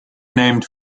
named